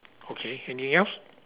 okay anything else